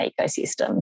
ecosystem